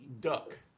Duck